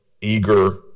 eager